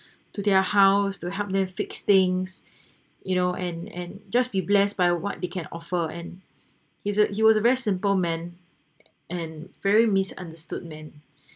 to their house to help them fix things you know and and just be blessed by what they can offer and he's a he was a very simple man and very misunderstood man